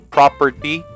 Property